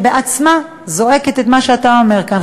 שבעצמה זועקת את מה שאתה אומר כאן,